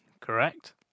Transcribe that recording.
Correct